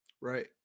Right